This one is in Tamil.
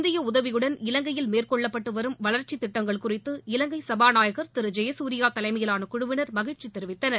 இந்திய உதவியுடன் இலங்கையில் மேற்கொள்ளப்பட்டு வரும் வளாச்சித் திட்டங்கள் குறித்து இலங்கை சபாநாயகர் திரு ஜெயசூரியா தலைமையிலான குழுவினர் மகிழ்ச்சி தெரிவித்தனர்